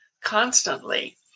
constantly